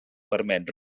permet